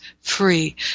free